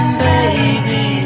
baby